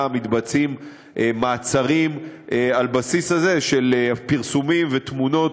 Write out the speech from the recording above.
מתבצעים מעצרים על הבסיס הזה של פרסומים ותמונות.